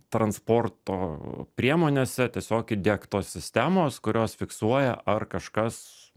transporto priemonėse tiesiog įdiegtos sistemos kurios fiksuoja ar kažkas